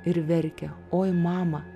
ir verkia oi mama